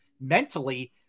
mentally